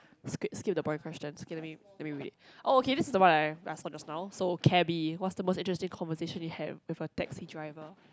skip skip the boy questions okay let me let me read oh okay this is the one I I saw just now so cabby what's the most interesting conversation you had with a taxi driver